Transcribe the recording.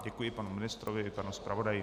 Děkuji panu ministrovi i panu zpravodaji.